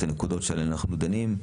את הנקודות שעליהן אנחנו דנים.